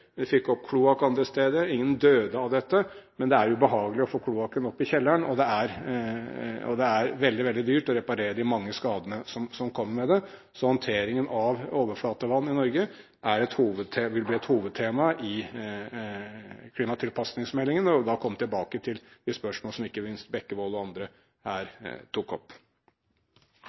fikk opp kloakk andre steder. Ingen døde av dette, men det er ubehaglig å få kloakken opp i kjelleren, og det er veldig, veldig dyrt å reparere de mange skadene som kommer med dette. Håndteringen av overflatevann i Norge vil bli et hovedtema i klimatilpasningsmeldingen, og vi vil da komme tilbake til de spørsmålene som ikke minst Bekkevold og andre her tok opp.